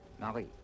Marie